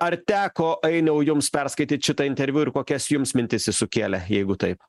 ar teko ainiau jums perskaityt šitą interviu ir kokias jums mintis ji sukėlė jeigu taip